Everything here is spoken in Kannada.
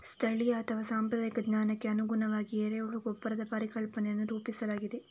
ಸ್ಥಳೀಯ ಅಥವಾ ಸಾಂಪ್ರದಾಯಿಕ ಜ್ಞಾನಕ್ಕೆ ಅನುಗುಣವಾಗಿ ಎರೆಹುಳ ಗೊಬ್ಬರದ ಪರಿಕಲ್ಪನೆಯನ್ನು ರೂಪಿಸಲಾಗಿದೆ